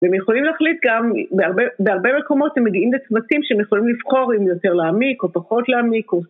והם יכולים להחליט גם, בהרבה מקומות הם מגיעים לצוותים שהם יכולים לבחור אם יותר להעמיק או פחות להעמיק